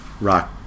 rock